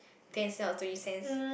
ten cents or twenty cents